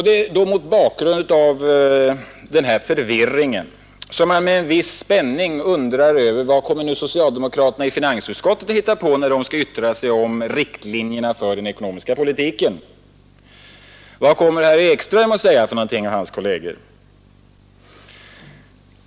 Det är mot bakgrund av denna förvirring som man med viss spänning undrar vad socialdemokraterna i finansutskottet har att säga om riktlinjerna för den ekonomiska politiken. Vad menar då herr Ekström och hans kolleger?